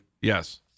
Yes